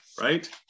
right